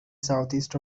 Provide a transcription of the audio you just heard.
southeast